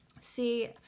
See